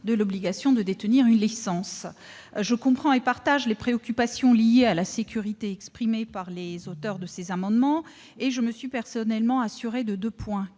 de l'obligation de détenir une licence. Je comprends et partage les préoccupations liées à la sécurité que viennent d'exprimer les auteurs de ces amendements. Je me suis personnellement assurée de deux points